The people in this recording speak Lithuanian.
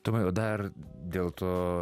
tomai o dar dėl to